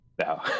No